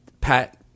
Pat